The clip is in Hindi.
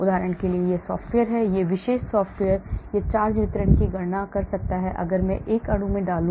उदाहरण के लिए सॉफ्टवेयर हैं यह विशेष सॉफ्टवेयर यह चार्ज वितरण की गणना कर सकता है अगर मैं एक अणु में डालूं